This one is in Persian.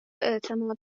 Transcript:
اعتماد